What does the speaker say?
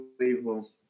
unbelievable